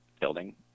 building